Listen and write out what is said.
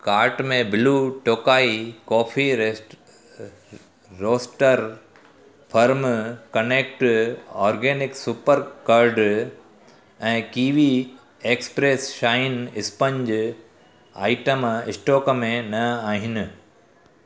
cart में blue Tokai coffee rust roaster firm connect organic super curd ऐं kiwi express shine sponge item stock में न आहिनि